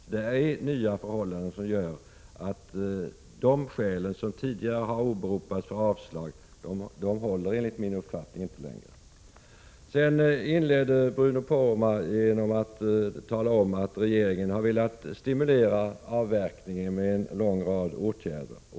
Det är alltså helt nya förhållanden som gör att de skäl som tidigare har åberopats för avslag på detta yrkande inte längre håller. Bruno Poromaa inledde sitt anförande med att tala om att regeringen har velat stimulera avverkning genom en lång rad åtgärder.